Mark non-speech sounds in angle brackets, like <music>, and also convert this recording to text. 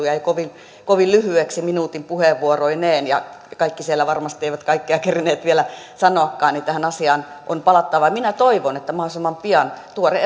<unintelligible> jäi kovin kovin lyhyeksi minuutin puheenvuoroineen ja kaikki siellä varmasti eivät kaikkea kerinneet vielä sanoakaan niin että tähän asiaan on palattava minä toivon että mahdollisimman pian tuore <unintelligible>